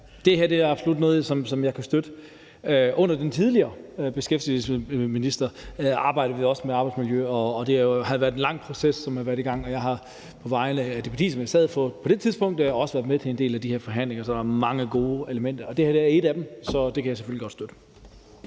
Det her er absolut noget, som jeg kan støtte. Under den tidligere beskæftigelsesminister arbejdede vi også med arbejdsmiljø, og det har været en lang proces, som har været i gang. Jeg har på vegne af det parti, som jeg sad her for på det tidspunkt, også været med til en del af de her forhandlinger, så der er mange gode elementer, og det her et af dem, så det kan jeg selvfølgelig godt støtte.